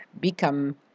become